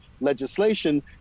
legislation